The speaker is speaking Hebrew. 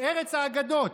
לארץ האגדות.